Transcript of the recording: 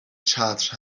چتر